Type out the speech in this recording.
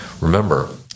Remember